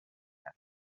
کرد